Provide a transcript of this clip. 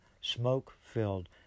smoke-filled